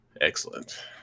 Excellent